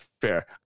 fair